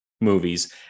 movies